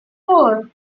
four